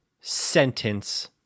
sentence